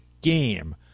game